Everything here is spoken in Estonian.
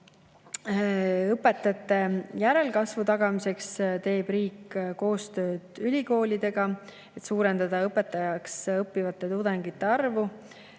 Õpetajate järelkasvu tagamiseks teeb riik koostööd ülikoolidega, et suurendada õpetajaks õppivate tudengite arvu.